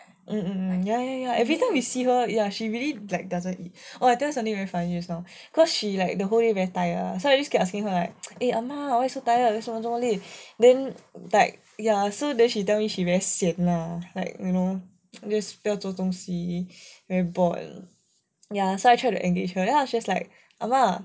mm ya ya ya every time we see lor she really doesn't orh I tell you something very funny also so cause she like the whole day very tired so I just kept asking like eh ah ma why you so tired 为什么你这么累 then like ya so then she tell me she very sian lah like you know just 不要做东西 very bored ya so I tried to engage her then I was just like ah ma